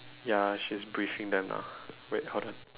ya she's briefing them now wait hold on